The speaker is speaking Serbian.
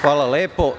Hvala lepo.